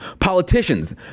politicians